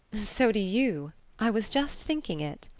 so do you i was just thinking it!